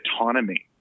autonomy